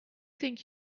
think